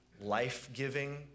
life-giving